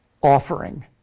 offering